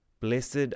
Blessed